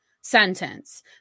sentence